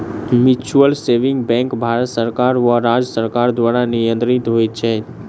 mutual saving bank Bharat सरकार वा राज्य सरकार द्वारा नियंत्रित होइत छै